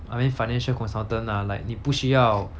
I mean financial consultant lah like 你不需要